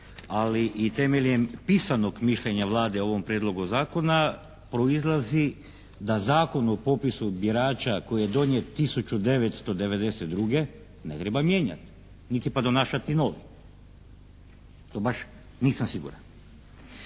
ali i temeljem pisanog mišljenja Vlade o ovom Prijedlogu zakona proizlazi da Zakon o popisu birača koji je donijet 1992. ne treba mijenjati. Niti pa donašati novi. To baš nisam siguran.